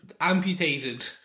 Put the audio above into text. amputated